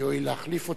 יואיל להחליף אותי.